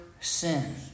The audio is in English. sin